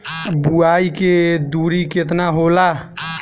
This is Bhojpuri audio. बुआई के दुरी केतना होला?